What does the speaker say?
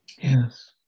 yes